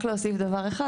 רק להוסיף דבר אחד,